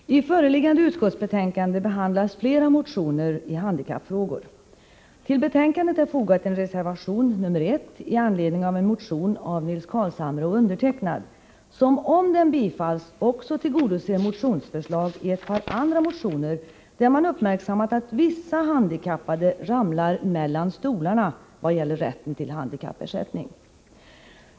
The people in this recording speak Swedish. Herr talman! I föreliggande utskottsbetänkande behandlas flera motioner i handikappfrågor. Till betänkandet är fogat en reservation, nr. 1,i anledning av en motion av Nils Carlshamre och mig, som — om den bifalls — också tillgodoser förslag i ett par andra motioner, där man uppmärksammat att vissa handikappade ”hamnar mellan stolarna” vad gäller rätten till handikappersättning.